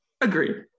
agree